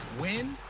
win